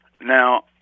Now